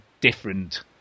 different